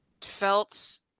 felt